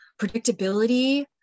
predictability